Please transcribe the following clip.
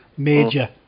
major